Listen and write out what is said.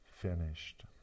finished